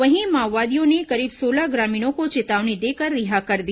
वहीं माओवादियों ने करीब सोलह ग्रामीणों को चेतावनी देकर रिहा कर दिया